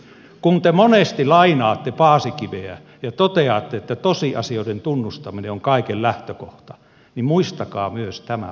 kun te monesti lainaatte paasikiveä ja toteatte että tosiasioiden tunnustaminen on kaiken lähtökohta niin muistakaa myös tämä asia